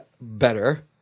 better